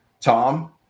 Tom